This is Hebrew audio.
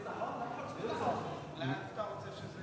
חוץ וביטחון, לאן אתה רוצה שזה ילך?